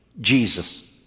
Jesus